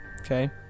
Okay